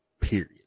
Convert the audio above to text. period